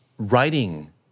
Writing